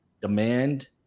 demand